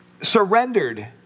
surrendered